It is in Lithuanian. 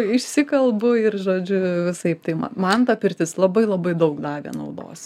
išsikalbu ir žodžiu visaip tai ma man ta pirtis labai labai daug davė naudos